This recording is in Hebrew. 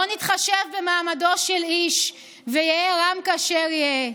לא נתחשב במעמדו של איש, ויהא רם כאשר יהא.